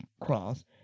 cross